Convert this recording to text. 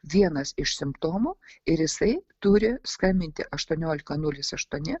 vienas iš simptomų ir jisai turi skambinti aštuoniolika nulis aštuoni